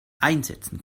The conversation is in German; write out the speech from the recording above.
einsetzen